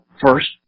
first